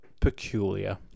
peculiar